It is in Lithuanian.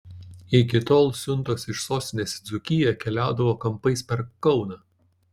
iki tol siuntos iš sostinės į dzūkiją keliaudavo kampais per kauną